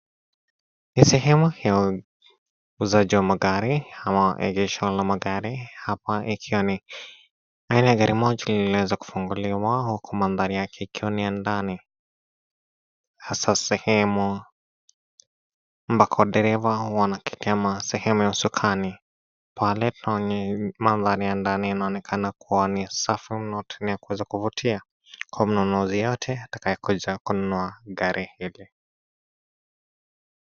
Ni sehemu ya uuzaji wa magari ama egesho la magari. Hapa ikiwa ni aina ya gari moja liliweza kufunguliwa huku mandhari yake ikiwa ni ya ndani, hasa sehemu ambako dereva wanakekema sehemu ya usukani. Pale mandhari ya ndani yanaonekana kuwa ni safi na ya kuvutia kwa mnunuzi yeyote atakaye kuja kununua gari hili.